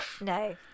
No